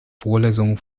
vorlesungen